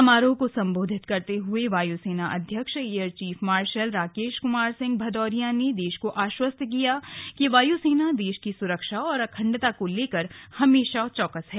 समारोह को संबोधित करते हुए वायुसेना अध्यक्ष air chief marshal Rakesh Kumar Singh Bhadauria ने देश को आश्वस्त किया कि वायु सेना देश की सुरक्षा और अखंडता को लेकर हमेशा चौकस है